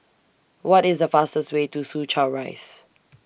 What IS The fastest Way to Soo Chow Rise